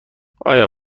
آیا